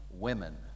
women